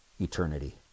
eternity